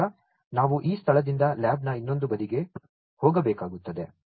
ಆದ್ದರಿಂದ ನಾವು ಈ ಸ್ಥಳದಿಂದ ಲ್ಯಾಬ್ನ ಇನ್ನೊಂದು ಬದಿಗೆ ಹೋಗಬೇಕಾಗುತ್ತದೆ